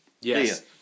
Yes